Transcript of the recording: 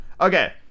okay